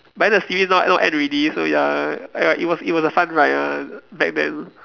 but then the series now now end already so ya I it was it was a fun ride ah back then